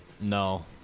No